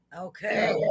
Okay